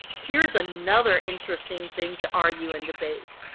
here's another interesting thing to argue and debate.